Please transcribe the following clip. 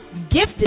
Gifted